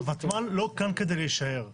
ותמ"ל לא כאן כדי להישאר.